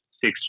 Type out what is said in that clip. six